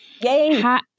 Yay